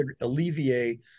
alleviate